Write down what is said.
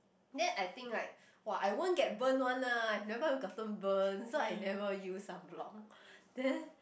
then I think like !wah! I won't get burned one lah I've never gotten burned so I never use sunblock then